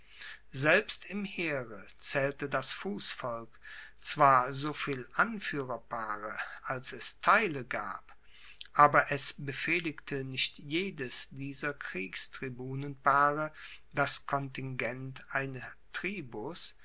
selbst im heere zaehlte das fussvolk zwar soviel anfuehrerpaare als es teile gab aber es befehligte nicht jedes dieser kriegstribunenpaare das kontingent einer tribus